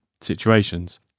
situations